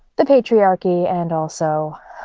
the patriarchy and also